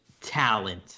talent